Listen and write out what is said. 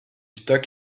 stuck